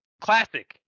classic